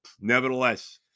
nevertheless